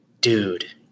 Dude